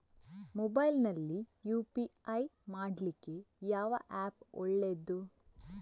Mobile ನಲ್ಲಿ UPI ಮಾಡ್ಲಿಕ್ಕೆ ಯಾವ ಆ್ಯಪ್ ಒಳ್ಳೇದು?